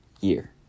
year